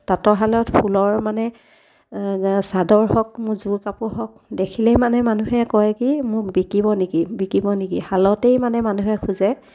তাঁতৰশালত ফুলৰ মানে চাদৰ হওক মোৰ যোৰ কাপোৰ হওক দেখিলেই মানে মানুহে কয় কি মোক বিকিব নেকি বিকিব নেকি শালতেই মানে মানুহে খোজে